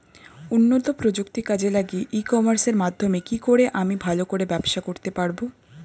উন্নত প্রযুক্তি কাজে লাগিয়ে ই কমার্সের মাধ্যমে কি করে আমি ভালো করে ব্যবসা করতে পারব?